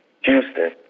Houston